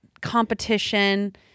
competition